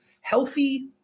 healthy